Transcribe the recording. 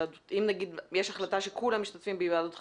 נניח שיש החלטה שכולם משתתפים בהיוועדות חזותית,